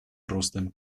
ростом